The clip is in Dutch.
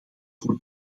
voor